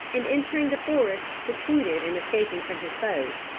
and entering the forest succeeded in escaping from his foes,